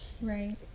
right